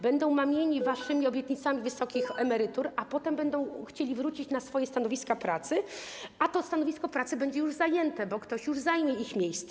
Będą mamieni waszymi obietnicami wysokich emerytur, a potem będą chcieli wrócić na swoje stanowiska pracy, a to stanowisko pracy będzie już zajęte, bo ktoś już zajmie ich miejsce.